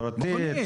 פרטית?